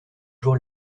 jour